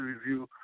review